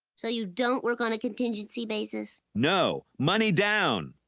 so you don't work on a contingency basis? no, money down.